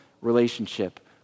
relationship